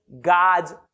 God's